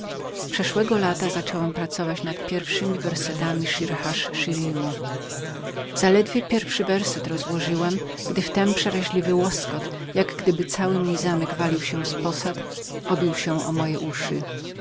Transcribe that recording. przeszłego lata zacząłem pracować nad pierwszemi zwrotkami szir ha szirimu zaledwie pierwszy wiersz rozłożyłem gdy w tem przeraźliwy łoskot jak gdyby cały mój zamek walił się z posad obił się o moje uszy